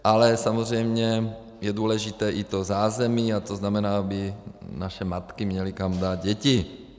Ale samozřejmě je důležité i to zázemí, to znamená, aby naše matky měly kam dát děti.